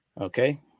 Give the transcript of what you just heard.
Okay